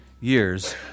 years